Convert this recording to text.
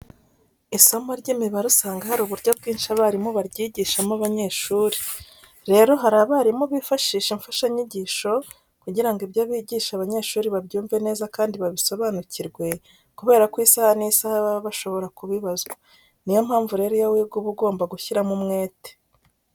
Isomo ry'imibare usanga hari uburyo bwinshi abarimu baryigishamo abanyeshuri. Rero, hari abarimu bifashisha imfashanyigisho kugira ngo ibyo bigisha abanyeshuri babyumve neza kandi babisobanukirwe kubera ko isaha n'isaha baba bashobora kubibazwa. Ni yo mpamvu rero iyo wiga uba ugomba gushyiraho umwete.